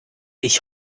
ich